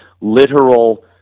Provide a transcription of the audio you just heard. literal